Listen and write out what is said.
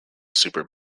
super